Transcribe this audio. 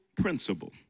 principle